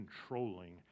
controlling